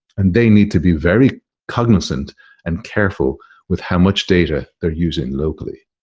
and they need to be very cognizant and careful with how much data they're using locally.